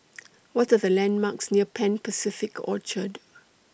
What Are The landmarks near Pan Pacific Orchard